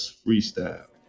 freestyle